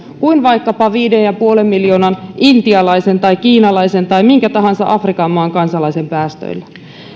kuin vaikkapa viiden pilkku viiden miljoonan intialaisen tai kiinalaisen tai minkä tahansa afrikan maan kansalaisen päästöillä